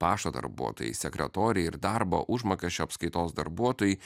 pašto darbuotojai sekretoriai ir darbo užmokesčio apskaitos darbuotojai